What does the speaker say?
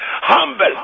Humble